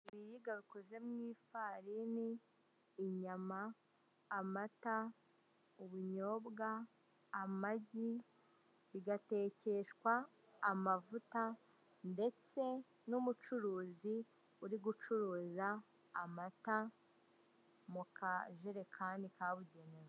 Ibiribwa bikoze mu ifarini, inyama, amata, ubunyobwa, amagi, bigatekeshwa amavuta, ndetse n'umucuruzi uri gucuruza amata mu kajerekani kabugenewe.